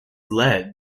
led